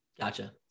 Gotcha